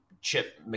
Chip